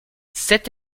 cet